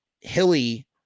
Hilly